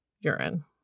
urine